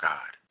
God